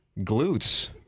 glutes